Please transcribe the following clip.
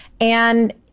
And-